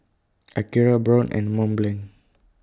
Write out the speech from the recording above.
Akira Braun and Mont Blanc